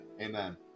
Amen